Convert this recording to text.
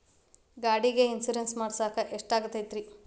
ಗಾಡಿಗೆ ಇನ್ಶೂರೆನ್ಸ್ ಮಾಡಸಾಕ ಎಷ್ಟಾಗತೈತ್ರಿ?